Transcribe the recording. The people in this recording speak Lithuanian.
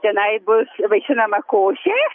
tenai bus vaišinama koše